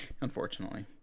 unfortunately